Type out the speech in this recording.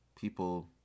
people